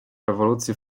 rewolucji